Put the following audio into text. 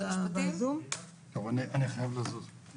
אין לנו התייחסות מעבר